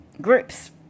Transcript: groups